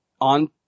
on